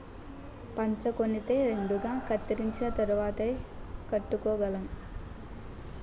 పంచకొనితే రెండుగా కత్తిరించిన తరువాతేయ్ కట్టుకోగలం